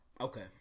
Okay